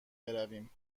برویم